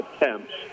attempts